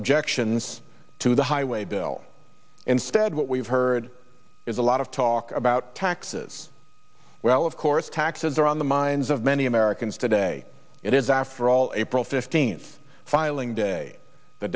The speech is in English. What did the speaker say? objections to the highway bill instead what we've heard is a lot of talk about taxes well of course taxes are on the minds of many americans today it is after all april fifteenth filing day the